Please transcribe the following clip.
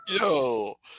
Yo